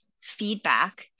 feedback